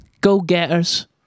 Go-getters